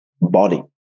body